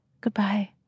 Goodbye